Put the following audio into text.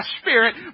spirit